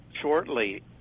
Shortly